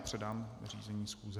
Předám řízení schůze.